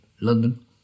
London